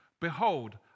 Behold